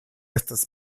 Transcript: estas